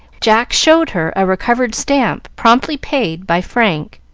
jack showed her a recovered stamp promptly paid by frank,